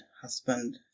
husband